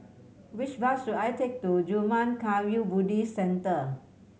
which bus should I take to Zurmang Kagyud Buddhist Centre